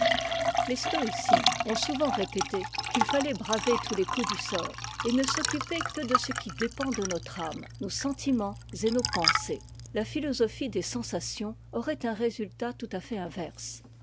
les stoïciens ont souvent répété qu'il fallait braver tous les coups du sort et ne s'occuper que de ce qui dépend de notre âme nos sentiments et nos pensées la philosophie des sensations aurait un résultat tout à fait inverse